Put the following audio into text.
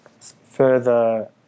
further